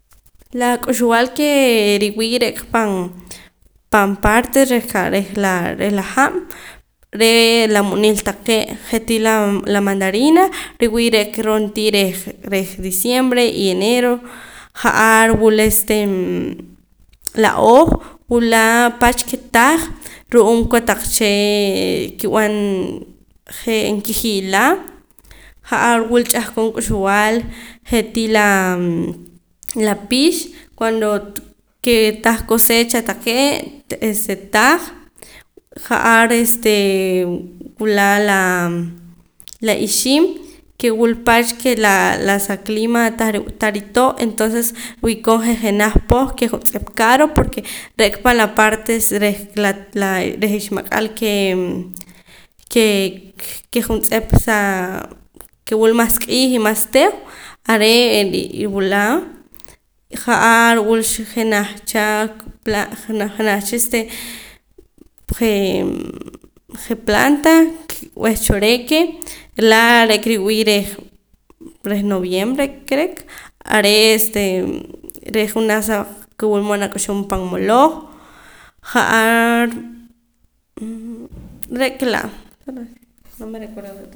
La k'uxb'al kee riwii' re'ka pan pan parte rehqa reh la hab' re' la munil taqee' je'tii la la mandarina riwii' re'ka ron'tii rej rej diciembre y enero ja'ar wul este la ooj wul pach ke taj ru'uum kotaq chee' kib'an je' kijii'la ja'ar wul ch'ahqon k'uxb'al je'tii laa la pix cuando ke tan cosecha taqee' este tah ja'ar este wula laa la ixiim ke wul pach ke la la sa clima tah ritoo' entonces wii'koon je' jenaj poh ke juntz'ep caro porque re'ka pan la partes rej la laa iximak'al ke kee juntz'ep saa ke wul mas q'iij y mas teew are' re' wula ja'ar wulcha jenaj cha plan jenaj cha jee' planta ke b'eh choreque laa' re'ka riwii' rej reh noviembre kereek are' este re' jenaj ke wulmood nak'uxum pan moloj ja'ar re'ka laa